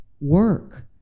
work